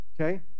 Okay